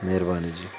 ਮਿਹਰਬਾਨੀ ਜੀ